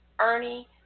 Ernie